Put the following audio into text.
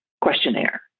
questionnaire